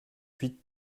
huit